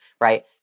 right